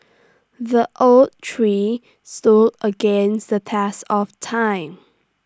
the oak tree stood against the test of time